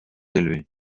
élevés